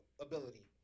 ability